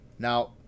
Now